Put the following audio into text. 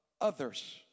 others